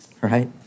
right